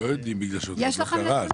יש לכם מספרים?